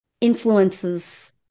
influences